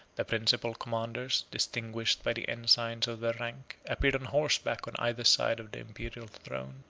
the principal commanders, distinguished by the ensigns of their rank, appeared on horseback on either side of the imperial throne.